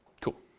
Cool